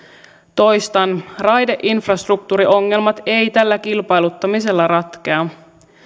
toistan raideinfrastruktuuriongelmat eivät tällä kilpailuttamisella ratkea